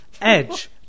Edge